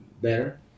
better